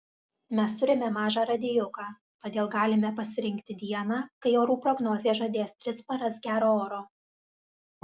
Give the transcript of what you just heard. mes turime mažą radijuką todėl galime pasirinkti dieną kai orų prognozė žadės tris paras gero oro